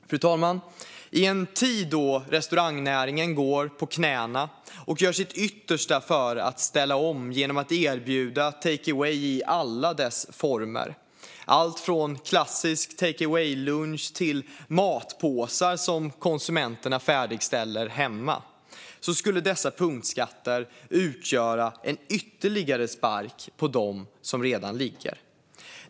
Fru talman! I en tid då restaurangnäringen går på knäna och gör sitt yttersta för att ställa om genom att erbjuda take away i alla dess former, allt från klassisk take away-lunch till matpåsar som konsumenterna färdigställer hemma, skulle dessa punktskatter utgöra en ytterligare spark på dem som redan ligger.